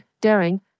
daring